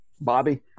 bobby